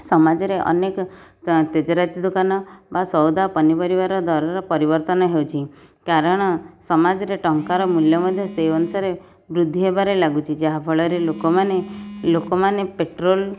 ସମାଜରେ ଅନେକ ତେଜରାତି ଦୋକାନ ବା ସଉଦା ପନିପରିବାର ଦରର ପରିବର୍ତ୍ତନ ହେଉଛି କାରଣ ସମାଜରେ ଟଙ୍କାର ମୂଲ୍ୟ ମଧ୍ୟ ସେହି ଅନୁସାରେ ବୁଦ୍ଧି ହେବାରେ ଲାଗୁଛି ଯାହାଫଳରେ ଲୋକମାନେ ଲୋକମାନେ ପେଟ୍ରୋଲ୍